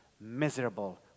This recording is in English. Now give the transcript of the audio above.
miserable